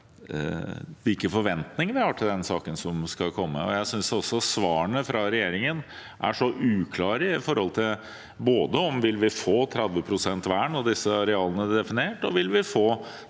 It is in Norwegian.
hvilke forventninger vi har til den saken som skal komme. Jeg synes også svarene fra regjeringen er så uklare med tanke på både om vi vil få 30 pst. vern når disse arealene er definert, og om vi vil få